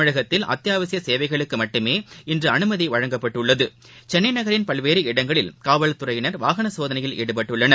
தமிழகத்தில் அத்தியாவசியசேவைகளுக்குமட்டுமே இன்றுஅனுமதிஅளிக்கப்பட்டுள்ளது சென்னைநகரின் பல்வேறு இடங்களில் காவல்துறையினர் வாகனசோதனையில் ஈடுபட்டுள்ளனர்